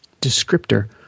descriptor